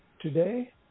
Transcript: Today